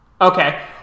Okay